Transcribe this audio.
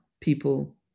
people